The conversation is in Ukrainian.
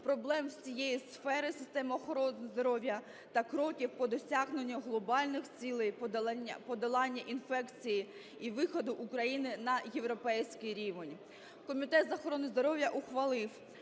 проблем всієї сфери системи охорони здоров'я та кроків по досягненню глобальних цілей подолання інфекції і виходу України на європейський рівень. Комітет з охорони здоров'я ухвалив